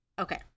Okay